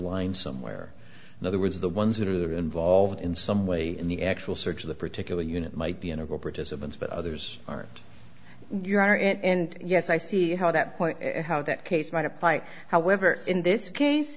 line somewhere in other words the ones that are involved in some way in the actual search of the particular unit might be integral participants but others are your honor and yes i see how that point how that case might apply however in this case